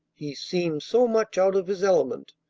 he seemed so much out of his element,